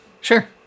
sure